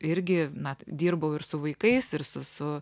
irgi na dirbau ir su vaikais ir su su